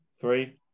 Three